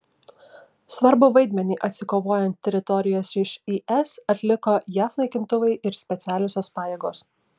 svarbų vaidmenį atsikovojant teritorijas iš is atliko jav naikintuvai ir specialiosios pajėgos